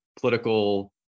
political